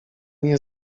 nie